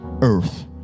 earth